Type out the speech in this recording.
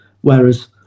Whereas